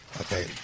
Okay